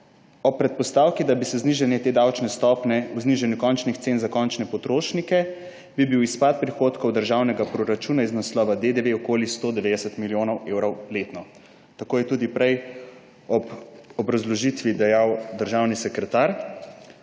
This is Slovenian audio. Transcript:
»Ob predpostavki, da bi se znižanje davčne stopnje [z 22 % na 5 % odrazilo] v znižanju končnih cen za končne potrošnike, bi bil izpad prihodkov državnega proračuna iz naslova DDV okoli 190 milijonov evrov letno.« Tako je tudi prej ob obrazložitvi dejal državni sekretar.